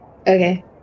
Okay